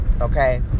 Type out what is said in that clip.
Okay